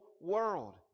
world